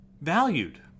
valued